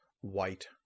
white